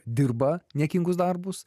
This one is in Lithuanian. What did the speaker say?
dirba niekingus darbus